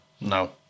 No